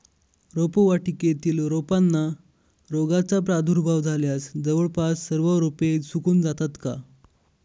रोपवाटिकेतील रोपांना रोगाचा प्रादुर्भाव झाल्यास जवळपास सर्व रोपे सुकून जातात का?